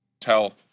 Tell